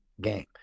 game